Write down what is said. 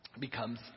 becomes